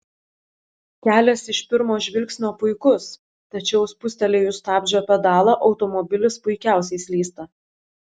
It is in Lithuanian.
kelias iš pirmo žvilgsnio puikus tačiau spustelėjus stabdžio pedalą automobilis puikiausiai slysta